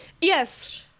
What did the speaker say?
Yes